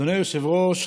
אדוני היושב-ראש,